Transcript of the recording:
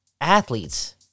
athletes